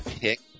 pick